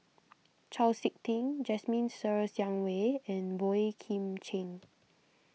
Chau Sik Ting Jasmine Ser Xiang Wei and Boey Kim Cheng